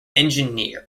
engineer